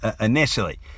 initially